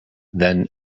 than